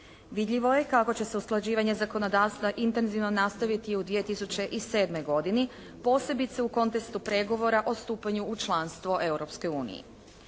Vidljivo je kako će se usklađivanje zakonodavstva intenzivno nastaviti u 2007. godini, posebice u kontekstu pregovora o stupanju u članstvo